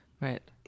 Right